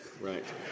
Right